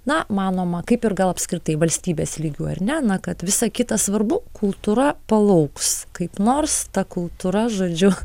na manoma kaip ir gal apskritai valstybės lygiu ar ne na kad visa kita svarbu kultūra palauks kaip nors ta kultūra žodžiu